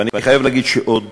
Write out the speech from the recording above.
ואני חייב להגיד שעוד